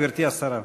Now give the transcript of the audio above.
גברתי השרה.